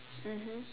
mmhmm